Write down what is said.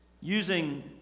Using